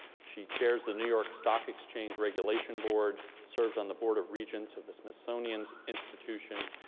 she chairs the new york stock exchange regulation board, serves on the board of regents of the smithsonian institution.